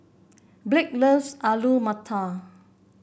Blake loves Alu Matar